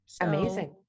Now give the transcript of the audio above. Amazing